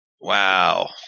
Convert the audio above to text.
Wow